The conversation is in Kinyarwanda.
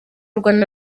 rwanda